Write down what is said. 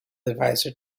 advisor